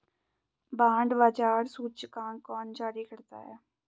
Bond बाजार सूचकांक कौन जारी करता है?